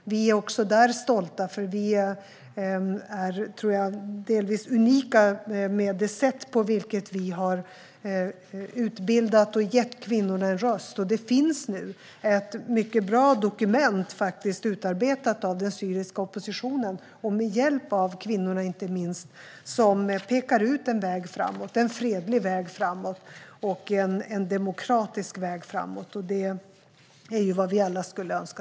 Även där är vi stolta, för vi är, tror jag, delvis unika med det sätt på vilket vi har utbildat kvinnor och gett dem en röst. Den syriska oppositionen har nu, inte minst med hjälp av kvinnorna, utarbetat ett mycket bra dokument där man pekar ut en fredlig och demokratisk väg framåt. Det är vad vi alla skulle önska.